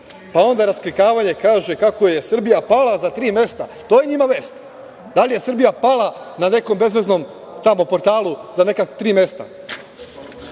onda „Raskrinkavanje“ kaže kako je Srbija pala za tri mesta. To je njima vest. Da li je Srbija pala na nekom bezveznom tamo portalu za neka tri mesta. Pa,